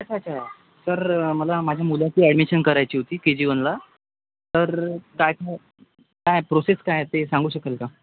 अच्छा अच्छा तर मला माझ्या मुलाची ॲडमिशन करायची होती के जी वनला तर काय काय काय प्रोसेस काय ते सांगू शकाल का